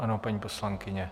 Ano, paní poslankyně.